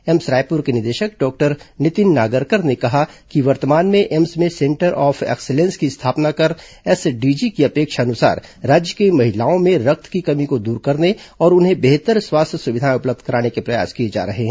AIIMS Raipur के निदेशक doctor Nitin Nagarkar ने कहा कि वर्तमान में एम्स में सेंटर ऑफ एक्सीलेंस की स्थापना कर एसडीजी की अपेक्षा अनुसार राज्य के महिलाओं में रक्त की कमी को दूर करने और उन्हें बेहतर स्वास्थ्य सुविधाएं उपलब्ध कराने के प्रयास किए जा रहे हैं